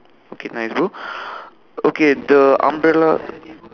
okay nice bro okay the umbrella